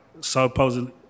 supposedly